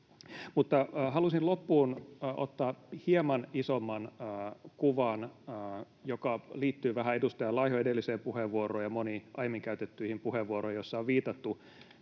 Mutta halusin loppuun ottaa hieman isomman kuvan, joka liittyy vähän edustaja Laihon edelliseen puheenvuoroon ja moniin aiemmin käytettyihin puheenvuoroihin, joissa on viitattu